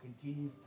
Continue